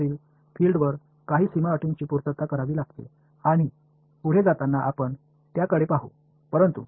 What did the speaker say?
சில boundary conditions எல்லையில் உள்ள புலத்தால் பூர்த்தி செய்யப்பட வேண்டும் மேலும் நாம் செல்லும்போது அவற்றைப் பார்ப்போம்